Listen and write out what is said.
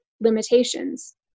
limitations